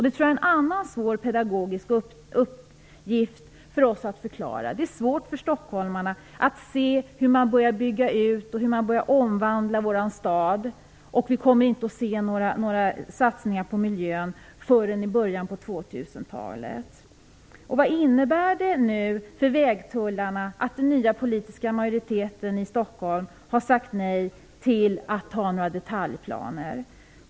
Det tror jag blir ytterligare en svår pedagogisk uppgift för oss att förklara. Det är svårt för stockholmarna att se hur man börjar bygga ut och omvandla vår stad utan att några satsningar på miljön görs förrän i början på Vad innebär det nu för vägtullarna att den nya politiska majoriteten i Stockholm har sagt nej till att besluta om några detaljplaner?